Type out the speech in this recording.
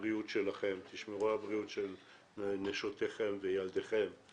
מה קורה מבחינת השטח לפי האינדיקציות שלנו.